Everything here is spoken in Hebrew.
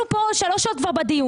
אנחנו פה כבר שלוש שעות בדיון.